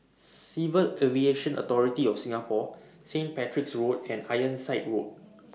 Civil Aviation Authority of Singapore Saint Patrick's Road and Ironside Road